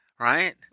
Right